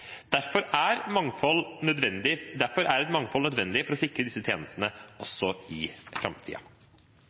Derfor er et mangfold nødvendig for å sikre disse tjenestene også i